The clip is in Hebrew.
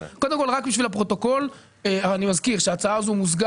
קודם כל רק בשביל הפרוטוקול אני מזכיר שההצעה הזו מוזגה